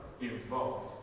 involved